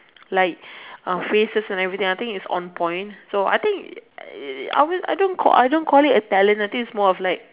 like uh faces and everything I think it's on point so I think I always I don't call I don't call it a talent I think it's more of like